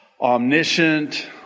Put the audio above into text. omniscient